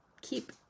keep